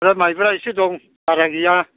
ओमफ्राय मायब्रा इसे दं बारा गैया